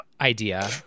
Idea